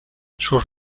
sus